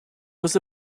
was